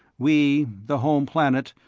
we, the home planet,